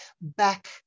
back